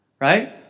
right